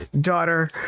daughter